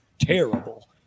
terrible